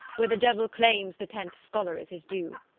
where the devil claims the tenth scholar as his due.